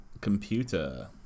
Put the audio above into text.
computer